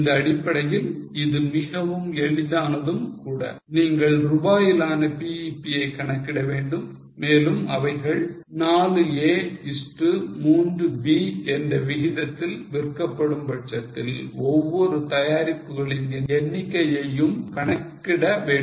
இந்த அடிப்படையில் இது மிகவும் எளிமையானதும் கூட நீங்கள் ரூபாயிலான BEP யை கணக்கிட வேண்டும் மேலும் அவைகள் 4 A is to 3 B என்ற விகிதத்தில் விற்கப்படும் பட்சத்தில் ஒவ்வொரு தயாரிப்புகளின் எண்ணிக்கையையும் கணக்கிட வேண்டும்